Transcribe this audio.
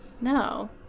no